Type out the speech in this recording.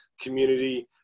community